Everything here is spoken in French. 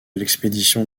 l’expédition